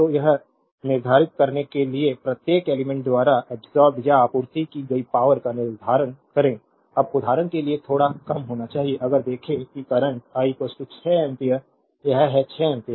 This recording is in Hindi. तो यह निर्धारित करने के लिए कि प्रत्येक एलिमेंट्स द्वारा अब्सोर्बेद या आपूर्ति की गई पावरका निर्धारण करें अब उदाहरण के लिए थोड़ा कम होना चाहिए अगर देखें कि करंट I 6 एम्पीयर यह है 6 एम्पीयर